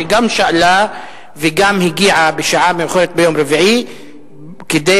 שגם שאלה וגם הגיעה בשעה מאוחרת ביום רביעי כדי